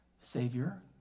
Savior